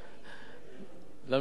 להמשיך להתדיין בעניין הזה.